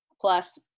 plus